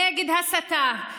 נגד הסתה,